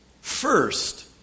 first